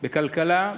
בכלכלה,